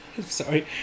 Sorry